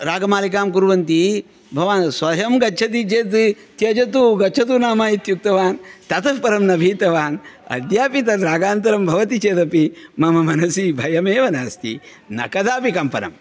रागमालिकां कुर्वन्ति भवान् स्वयं गच्छति चेत् त्यजतु गच्छतु नाम इत्युक्तवान् ततःपरं न भीतवान् अद्यापि तत् रागान्तरं भवति चेदपि मम मनसि भयमेव नास्ति न कदापि कम्पनम्